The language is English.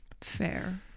Fair